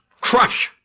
crush